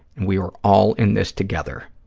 and we are all in this together.